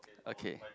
okay